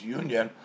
union